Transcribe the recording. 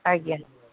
ଆଜ୍ଞା